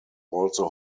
also